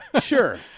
Sure